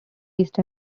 east